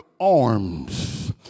arms